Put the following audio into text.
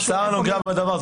רשות --- שר הנוגע בדבר,